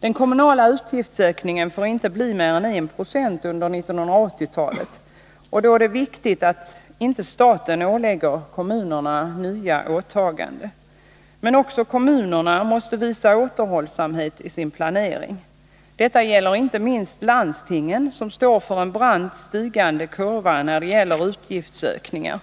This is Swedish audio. Den kommunala utgiftsökningen får inte bli mer än 1 96 under 1980-talet, och därför är det viktigt att staten inte ålägger kommunerna nya åtaganden. Men kommunerna måste också visa återhållsamhet i sin planering. Detta gäller inte minst landstingen, som står för en brant stigande kurva när det gäller utgiftsökningar.